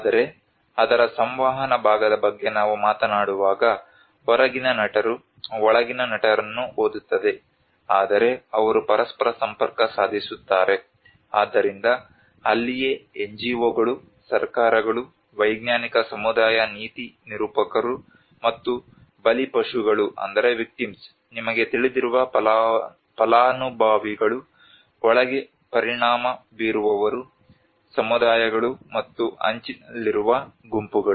ಆದರೆ ಅದರ ಸಂವಹನ ಭಾಗದ ಬಗ್ಗೆ ನಾವು ಮಾತನಾಡುವಾಗ ಹೊರಗಿನ ನಟರು ಒಳಗಿನ ನಟರನ್ನು ಓದುತ್ತದೆ ಆದರೆ ಅವರು ಪರಸ್ಪರ ಸಂಪರ್ಕ ಸಾಧಿಸುತ್ತಾರೆ ಆದ್ದರಿಂದ ಅಲ್ಲಿಯೇ NGOಗಳು ಸರ್ಕಾರಗಳು ವೈಜ್ಞಾನಿಕ ಸಮುದಾಯ ನೀತಿ ನಿರೂಪಕರು ಮತ್ತು ಬಲಿಪಶುಗಳು ನಿಮಗೆ ತಿಳಿದಿರುವ ಫಲಾನುಭವಿಗಳು ಒಳಗೆ ಪರಿಣಾಮ ಬೀರುವವರು ಸಮುದಾಯಗಳು ಮತ್ತು ಅಂಚಿನಲ್ಲಿರುವ ಗುಂಪುಗಳು